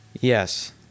Yes